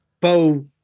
Bo